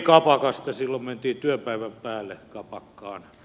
silloin mentiin työpäivän päälle kapakkaan